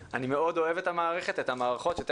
שתיכף נתייחס אליהן בנפרד,